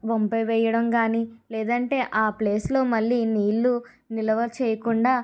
ఒంపేవేయడం కాని లేదంటే ఆ ప్లేస్ లో మళ్ళీ నీళ్లు నిల్వ చేయకుండా